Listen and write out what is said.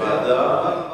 זה ועדה,